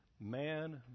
man